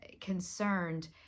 concerned